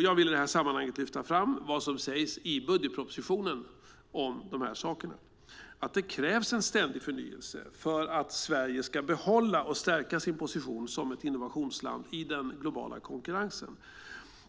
Jag vill i det sammanhanget lyfta fram vad som sägs i budgetpropositionen om detta, nämligen att det krävs en ständig förnyelse för att Sverige ska behålla och stärka sin position som ett innovationsland i den globala konkurrensen,